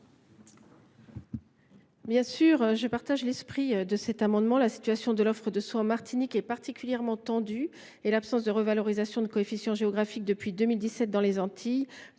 ? Je partage l’esprit qui sous tend cet amendement. La situation de l’offre de soins en Martinique est particulièrement tendue et l’absence de revalorisation de coefficients géographiques depuis 2017 dans les Antilles